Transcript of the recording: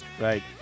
right